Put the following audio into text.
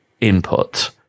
input